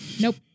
Nope